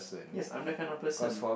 yes I'm that kind of person